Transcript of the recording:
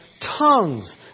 tongues